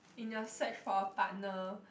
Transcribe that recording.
in your search for a partner